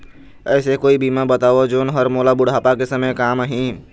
ऐसे कोई बीमा बताव जोन हर मोला बुढ़ापा के समय काम आही?